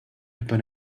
upon